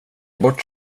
bort